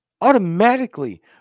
Automatically